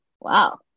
Wow